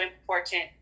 important